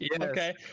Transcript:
Okay